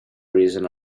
reason